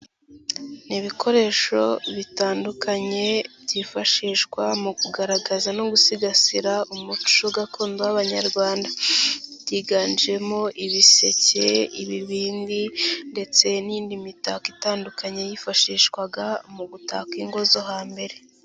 N'ibikoresho bitandukanye byifashishwa mu kugaragaza no gusigasira umuco gakondo w'abanyarwanda, byiganjemo ibiseke, ibibindi ndetse n'indi mitako itandukanye yifashishwaga mu gutaka ingo zo hambere.